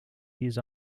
his